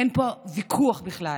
אין פה ויכוח בכלל